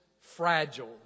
fragile